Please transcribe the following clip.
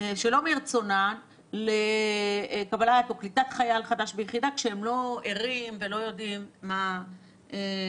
שלא מרצונם לקליטת חייל חדש ביחידה כשהם לא ערים ולא יודעים מה הבעיות